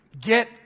Get